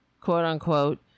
quote-unquote